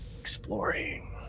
exploring